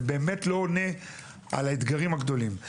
זה באמת לא עונה על האתגרים הגדולים.